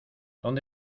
dónde